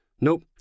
Nope